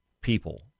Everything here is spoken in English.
people